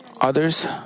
others